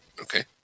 Okay